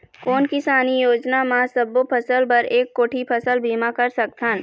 कोन किसानी योजना म सबों फ़सल बर एक कोठी फ़सल बीमा कर सकथन?